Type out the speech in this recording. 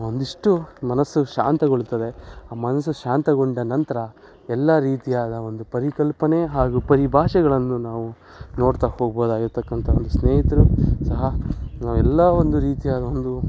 ಒಂದಿಷ್ಟು ಮನಸ್ಸು ಶಾಂತಗೊಳ್ತದೆ ಆ ಮನಸ್ಸು ಶಾಂತಗೊಂಡ ನಂತರ ಎಲ್ಲ ರೀತಿಯಾದ ಒಂದು ಪರಿಕಲ್ಪನೆ ಹಾಗೂ ಪರಿಭಾಷೆಗಳನ್ನು ನಾವು ನೋಡ್ತಾ ಹೋಗ್ಬೋದಾಗಿರತಕ್ಕಂಥ ಒಂದು ಸ್ನೇಹಿತರು ಸಹ ನಾವೆಲ್ಲ ಒಂದು ರೀತಿಯಾದ ಒಂದು